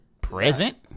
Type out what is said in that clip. present